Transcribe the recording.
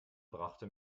brachte